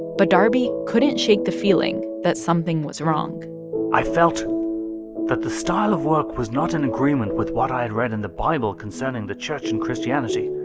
but darby couldn't shake the feeling that something was wrong i felt that the style of work was not in agreement with what i had read in the bible concerning the church and christianity,